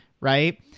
Right